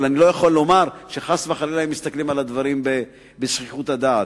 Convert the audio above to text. אני לא יכול לומר שחס וחלילה הם מסתכלים על הדברים בזחיחות הדעת.